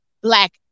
Black